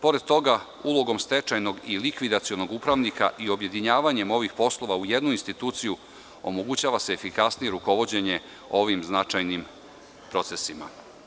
Pored toga, ulogom stečajnog i likvidacionog upravnika i objedinjavanjem ovih poslova u jednu instituciju omogućava se efikasnije rukovođenje u ovim značajnim procesima.